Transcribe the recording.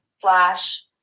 slash